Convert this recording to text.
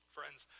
Friends